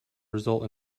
result